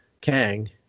Kang